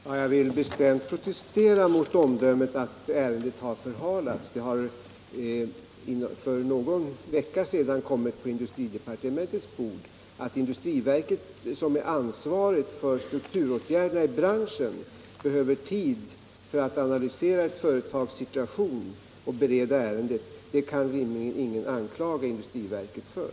Herr talman! Jag vill bestämt protestera mot omdömet att ärendet har förhalats. Det kom för någon vecka sedan på industridepartementets bord. Att industriverket, som är ansvarigt för strukturåtgärderna i branschen, behöver tid för att analysera företagets situation och bereda ärendet kan ingen rimligen anklaga industriverket för.